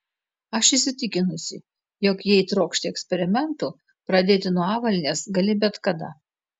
aš įsitikinusi jog jei trokšti eksperimentų pradėti nuo avalynės gali bet kada